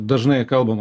dažnai kalbam